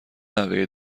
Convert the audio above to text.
نوه